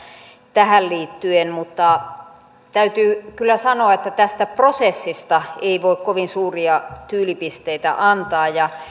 tähän liittyen mutta täytyy kyllä sanoa että tästä prosessista ei voi kovin suuria tyylipisteitä antaa